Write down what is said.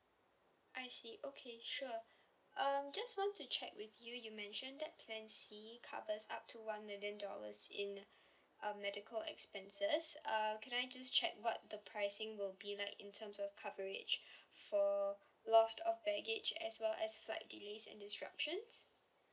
I see okay sure um just want to check with you you mentioned that plan C covers up to one million dollars in uh medical expenses uh can I just check what the pricing will be like in terms of coverage for loss of baggage as well as flight delays and disruptions